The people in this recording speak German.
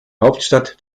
hauptstadt